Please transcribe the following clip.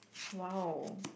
!wow!